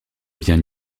bien